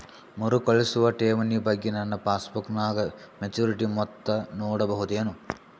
ಮರುಕಳಿಸುವ ಠೇವಣಿ ಬಗ್ಗೆ ನನ್ನ ಪಾಸ್ಬುಕ್ ನಾಗ ಮೆಚ್ಯೂರಿಟಿ ಮೊತ್ತ ನೋಡಬಹುದೆನು?